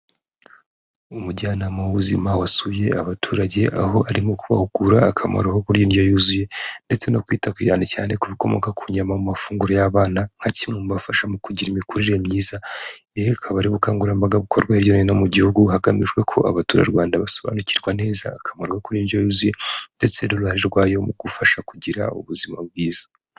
Umujyanama w'ubuzima wasuye abaturage aho arimo kubahugura akamaro ko kuryarya indyo yuzuye ndetse no kwita ku bintu cyane ku bikomoka ku nyama, amafunguro y'abana nka kimwe mu bibafasha mu kugira imikurire myiza. Ibi akaba ari ubukangurambaga bukorwa hirya no hino mu gihugu hagamijwe ko abaturarwanda basobanukirwa neza akamaro kurya indyo yuzuye ndetse n'uruhare rwayo mu gufasha kugira ubuzima bwiza.